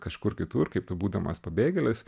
kažkur kitur kaip tu būdamas pabėgėlis